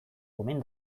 omen